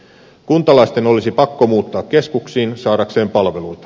kuntalaisten olisi pakko muuttaa keskuksiin saadakseen palveluita